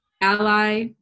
ally